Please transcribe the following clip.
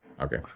Okay